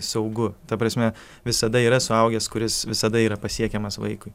saugu ta prasme visada yra suaugęs kuris visada yra pasiekiamas vaikui